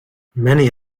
many